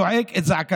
וזועק לא רק את זעקתם